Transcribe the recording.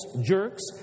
jerks